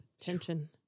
tension